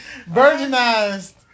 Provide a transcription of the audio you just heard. virginized